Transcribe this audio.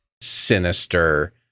sinister